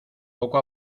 poco